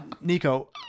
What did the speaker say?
Nico